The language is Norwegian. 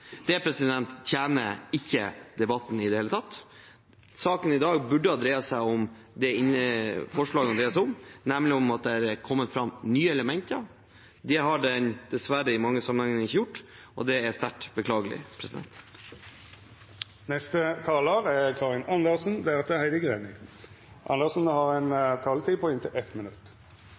tjener ikke debatten i det hele tatt. Saken i dag burde ha dreid seg om det som forslagene dreier seg om, nemlig om at det er kommet fram nye elementer. Det har den dessverre i mange sammenhenger ikke gjort, og det er sterkt beklagelig. Representanten Karin Andersen har hatt ordet to gongar tidlegare og får ordet til ein kort merknad, avgrensa til 1 minutt.